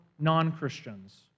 non-Christians